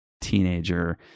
teenager